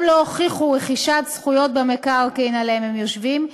לא הוכיחו רכישת זכויות במקרקעין שעליהם הם יושבים.